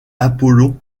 apollon